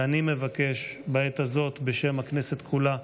ואני מבקש בעת הזאת, בשם הכנסת כולה,